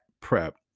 Prep